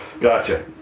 Gotcha